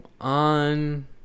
on